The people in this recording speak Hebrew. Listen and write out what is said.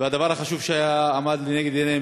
והדבר החשוב שעמד לנגד עיניהם,